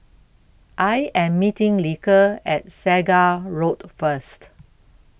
I Am meeting Lige At Segar Road First